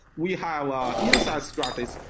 we have inside stratless,